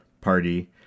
party